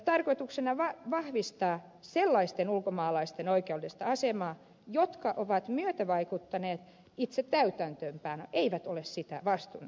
tarkoituksena on vahvistaa sellaisten ulkomaalaisten oikeudellista asemaa jotka ovat myötävaikuttaneet itse täytäntöönpanoon eivätkä ole sitä vastustaneet